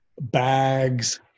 bags